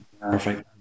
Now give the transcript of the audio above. Perfect